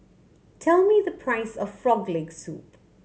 tell me the price of Frog Leg Soup